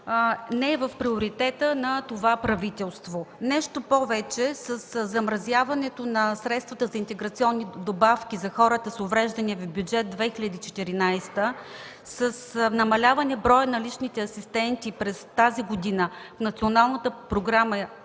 не е в приоритета на правителството. Нещо повече – със замразяването на средствата за интеграционни добавки на хората с увреждания в Бюджет 2014, с намаляване броя на личните асистенти през тази година от Националната програма